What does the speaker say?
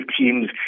teams